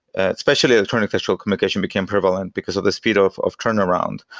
ah specially ah communication communication became prevalent because of the speed of of turnaround.